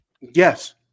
Yes